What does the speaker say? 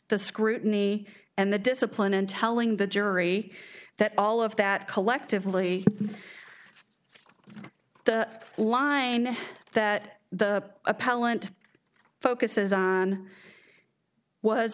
the scrutiny and the discipline and telling the jury that all of that collectively the line that the appellant focuses on was